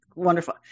Wonderful